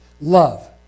Love